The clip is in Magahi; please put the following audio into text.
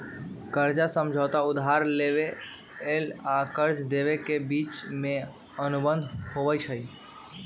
कर्जा समझौता उधार लेबेय आऽ कर्जा देबे के बीच के अनुबंध होइ छइ